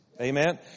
Amen